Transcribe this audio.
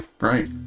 right